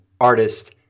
artist